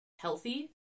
healthy